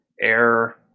air